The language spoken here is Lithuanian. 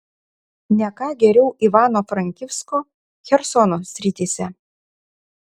ne ką geriau ivano frankivsko chersono srityse